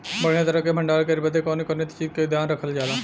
बढ़ियां तरह से भण्डारण करे बदे कवने कवने चीज़ को ध्यान रखल जा?